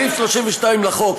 סעיף 32 לחוק,